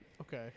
Okay